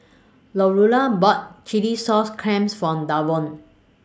Lurana bought Chilli Sauce Clams For Davon